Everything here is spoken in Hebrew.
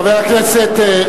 חבר הכנסת,